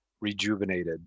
rejuvenated